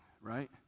right